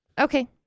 Okay